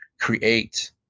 create